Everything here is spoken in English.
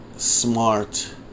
smart